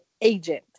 agent